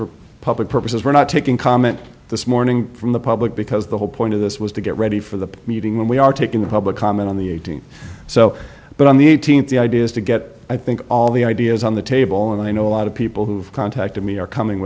for public purposes we're not taking comment this morning from the public because the whole point of this was to get ready for the meeting when we are taking the public comment on the eighteenth so but on the eighteenth the idea is to get i think all the i it is on the table and i know a lot of people who've contacted me are coming